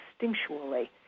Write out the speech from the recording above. instinctually